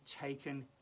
taken